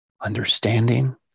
Understanding